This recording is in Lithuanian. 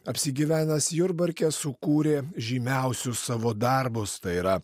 apsigyvenęs jurbarke sukūrė žymiausius savo darbus tai yra